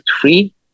three